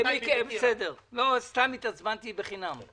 סתם התעצבנתי בחינם.